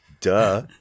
Duh